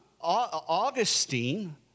augustine